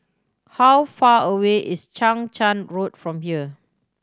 how far away is Chang Charn Road from here